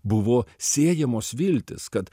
buvo siejamos viltys kad